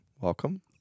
welcome